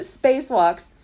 spacewalks